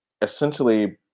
essentially